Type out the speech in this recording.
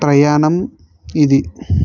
ప్రయాణం ఇది